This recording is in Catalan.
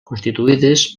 constituïdes